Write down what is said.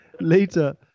later